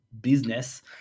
business